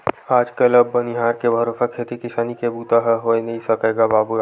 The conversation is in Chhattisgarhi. आज कल अब बनिहार के भरोसा खेती किसानी के बूता ह होय नइ सकय गा बाबूय